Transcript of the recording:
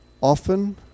Often